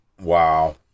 Wow